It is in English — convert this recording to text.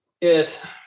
yes